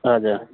हजुर